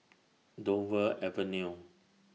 Dover Avenue